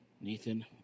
Nathan